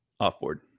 offboard